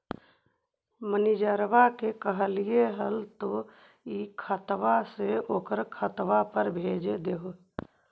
मैनेजरवा के कहलिऐ तौ ई खतवा से ऊ खातवा पर भेज देहै?